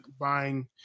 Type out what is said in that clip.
buying